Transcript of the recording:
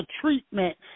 treatment